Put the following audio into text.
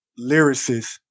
lyricist